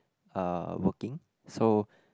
uh working so